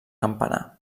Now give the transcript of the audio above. campanar